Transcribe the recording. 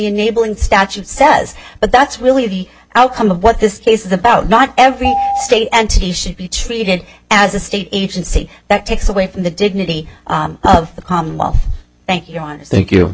enabling statute says but that's really the outcome of what this case is about not every state entity should be treated as a state agency that takes away from the dignity of the commonwealth thank you ron